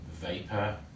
Vapor